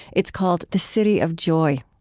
it's called the city of joy.